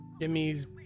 Jimmy's